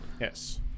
Yes